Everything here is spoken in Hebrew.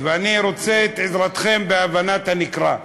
ואני רוצה את עזרתכם בהבנת הנקרא.